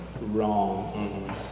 wrong